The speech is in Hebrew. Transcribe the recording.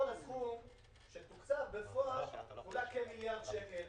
כל הסכום שתוקצב בפועל אולי כמיליארד שקלים